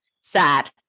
sad